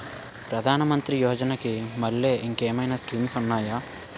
ప్రధాన మంత్రి యోజన కి మల్లె ఇంకేమైనా స్కీమ్స్ ఉన్నాయా?